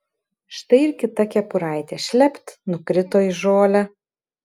štai ir kita kepuraitė šlept nukrito į žolę